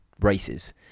races